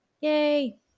yay